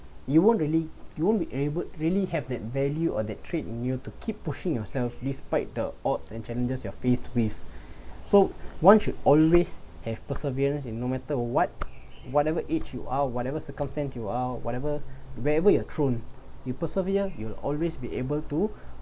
you won't really you won't be able to really have that value or that trait in you to keep pushing yourself despite the odds and challenges you faced with so why should always have perseverance in no matter what whatever age you are whatever circumstance you are whatever wherever you're thrown you persevere you'll always be able to